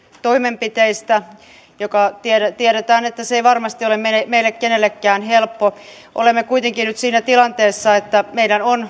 toimenpiteistä ja tiedetään että se ei varmasti ole meille kenellekään helppo olemme kuitenkin nyt siinä tilanteessa että meidän on